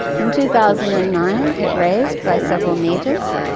in two thousand and nine it raised, by several metres,